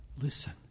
Listen